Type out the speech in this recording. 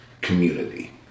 community